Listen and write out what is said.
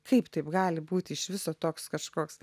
kaip taip gali būti iš viso toks kažkoks